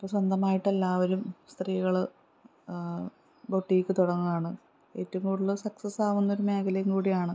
ഇപ്പോൾ സ്വന്തമായിട്ട് എല്ലാവരും സ്ത്രീകൾ ബൊട്ടീക്ക് തുടങ്ങുകയാണ് ഏറ്റവും കൂടുതൽ സക്സസ്സ് ആവുന്നൊരു മേഖലയും കൂടിയാണ്